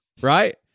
right